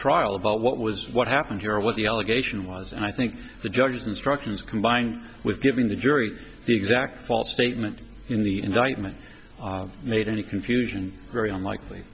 trial about what was what happened here or what the allegation was and i think the judge's instructions combined with giving the jury the exact false statement in the indictment made any confusion very unlikely